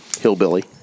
Hillbilly